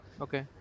okay